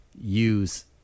use